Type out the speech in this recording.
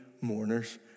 mourners